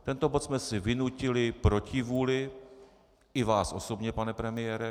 Tento bod jsme si vynutili proti vůli i vás osobně, pane premiére.